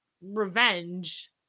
revenge